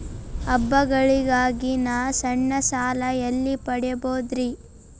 ಹಬ್ಬಗಳಿಗಾಗಿ ನಾ ಸಣ್ಣ ಸಾಲ ಎಲ್ಲಿ ಪಡಿಬೋದರಿ?